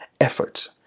effort